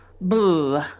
Boo